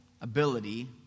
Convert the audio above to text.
ability